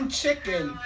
chicken